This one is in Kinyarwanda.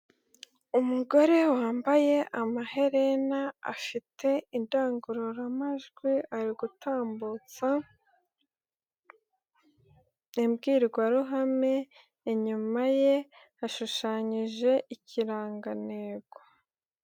Umugore wambaye amaherena, afite indangururamajwi, ari gutambutsa imbwirwaruhame, inyuma ye hashushanyije ikirangantego.